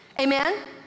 Amen